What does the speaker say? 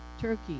Turkey